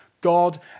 God